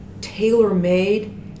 tailor-made